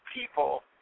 people